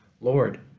Lord